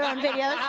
um video,